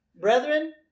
Brethren